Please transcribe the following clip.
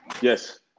Yes